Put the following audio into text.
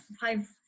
five